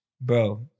bro